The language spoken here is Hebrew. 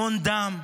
המון דם,